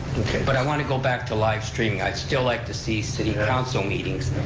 okay, but i want to go back to livestreaming, i'd still like to see city council meetings,